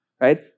right